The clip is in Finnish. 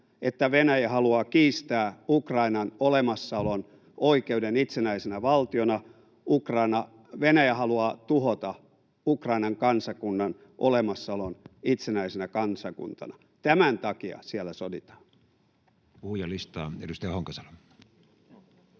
että Venäjä haluaa kiistää Ukrainan olemassaolon oikeuden olla itsenäinen valtio, Ukraina. Venäjä haluaa tuhota Ukrainan kansakunnan olemassaolon itsenäisenä kansakuntana. Tämän takia siellä soditaan. [Eduskunnasta: